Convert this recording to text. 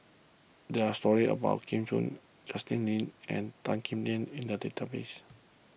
there are stories about Gu Juan Justin Lean and Tan Kim Tian in the database